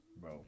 bro